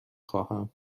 خواهم